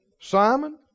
Simon